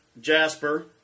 jasper